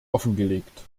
offengelegt